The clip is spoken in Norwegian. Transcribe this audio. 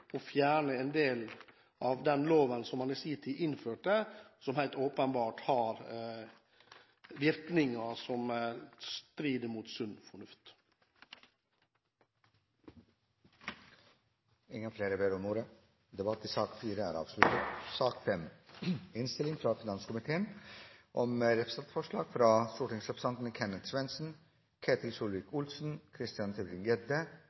fjerne en del av den loven man i sin tid innførte, som helt åpenbart har virkninger som strider mot sunn fornuft. Flere har ikke bedt om ordet til sak nr. 4. Etter ønske fra finanskomiteen